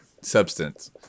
substance